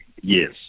Yes